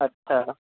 اچھا